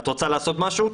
את רוצה לעשות משהו?